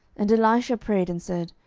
and elisha prayed, and said,